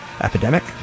epidemic